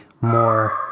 more